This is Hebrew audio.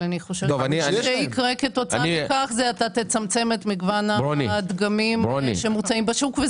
מה שיקרה כתוצאה מכך זה שתצמצם את מגוון הדגמים שמוצעים בשוק.